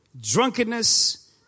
drunkenness